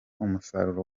umusaruro